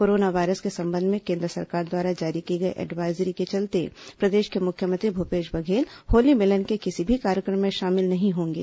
corona virus के संबंध में केन्द्र सरकार द्वारा जारी की गई एडवाइजरी के चलते प्रदेश के मुख्यमंत्री भूपेश बघेल होली मिलन के किसी भी कार्यक्रम में शामिल नही होंगे